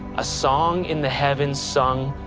a song in the heavens sung,